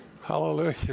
Hallelujah